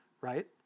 right